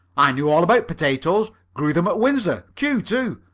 i knew all about potatoes. grew them at windsor. kew too.